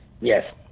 yes